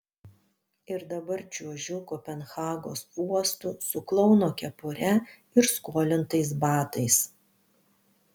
ir dabar čiuožiu kopenhagos uostu su klouno kepure ir skolintais batais